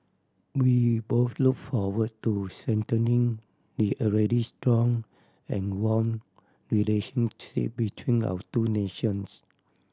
we both look forward to strengthening the already strong and warm relationship between our two nations